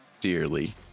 dearly